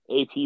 AP